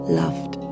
loved